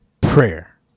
Prayer